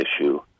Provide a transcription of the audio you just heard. issue